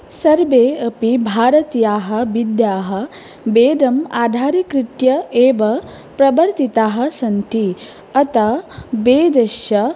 सर्वे अपि भारतीयाः विद्याः वेदम् आधारीकृत्य एव प्रवर्तिताः सन्ति अत वेदस्य